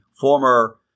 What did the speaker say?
former